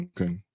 Okay